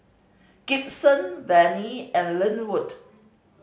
Gibson Venie and Linwood